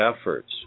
efforts